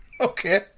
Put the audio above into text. Okay